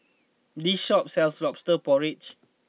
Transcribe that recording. this shop sells Lobster Porridge